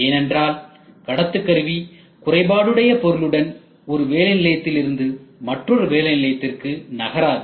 ஏனென்றால் கடத்துக்கருவி குறைபாடுடைய பொருளுடன் ஒரு வேலை நிலையத்திலிருந்து மற்றொரு வேலை நிலையத்திற்கு நகராது